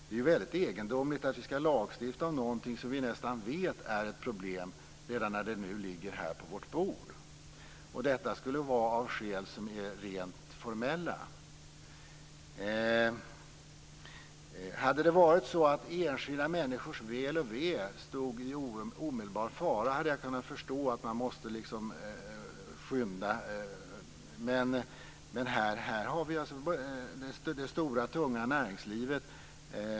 Det är väldigt egendomligt att vi ska lagstifta om någonting som vi nästan vet är ett problem redan när det nu ligger på vårt bord, och detta av skäl som är rent formella. Hade enskilda människors väl och ve stått i omedelbar fara hade jag kunnat förstå att man måste skynda, men här har vi det stora tunga näringslivet.